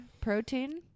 protein